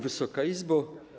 Wysoka Izbo!